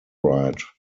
ride